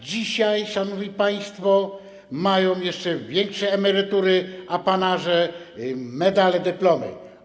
Dzisiaj, szanowni państwo, mają oni jeszcze większe emerytury, apanaże, medale i dyplomy.